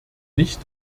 nicht